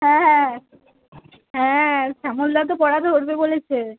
হ্যাঁ হ্যাঁ হ্যাঁ শ্যামলদা তো পড়া ধরবে বলেছে